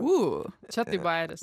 o čia tai bajeris